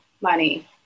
money